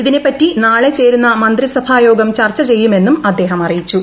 ഇതിനെപ്പറ്റി നാളെ ചേരുന്ന മന്ത്രിസഭായോഗം ചർച്ച ചെയ്യുമെന്നും അദ്ദേഹം അറിയിച്ചു